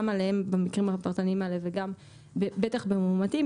על המקרים הפרטניים האלה וגם בטח במאומתים,